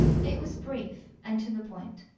it was brief, and to the point.